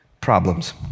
problems